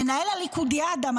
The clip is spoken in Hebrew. מנהל הליכודיאדה,